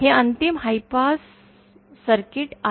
हे अंतिम high pass circuit आहे